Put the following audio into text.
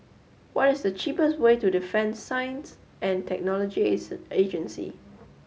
what is the cheapest way to Defence Science and Technology Agency